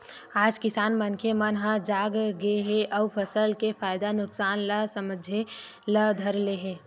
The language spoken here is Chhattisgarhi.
आज किसान मनखे मन ह जाग गे हे अउ फसल के फायदा नुकसान ल समझे ल धर ले हे